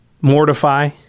Mortify